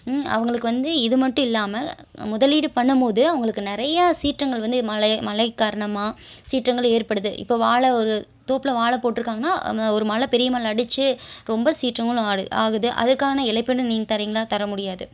அவங்களுக்கு வந்து இது மட்டும் இல்லாமல் முதலீடு பண்ணும் போது அவங்களுக்கு நிறைய சீற்றங்கள் வந்து மழை மழை காரணமாக சீற்றங்கள் ஏற்படுது இப்போ வாழை ஒரு தோப்பில் வாழை போட்டு இருக்காங்கன்னால் ஒரு மழை பெரிய மழை அடித்து ரொம்ப சீற்றங்களும் ஆகுது அதுக்கான இழப்புன்னு நீங்கள் தரீங்களா தர முடியாது